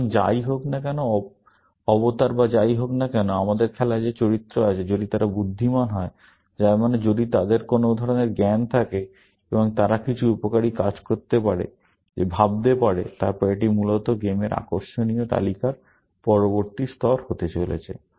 সুতরাং যাই হোক না কেন অবতার বা যাই হোক না কেন আমাদের খেলায় যে চরিত্র আছে যদি তারা বুদ্ধিমান হয় যার মানে যদি তাদের কোন ধরণের জ্ঞান থাকে এবং তারা কিছু উপকারী কাজ করতে পারে যে ভাবতে পারে তারপর এটি মূলত গেমের আকর্ষণীয় তালিকার পরবর্তী স্তর হতে চলেছে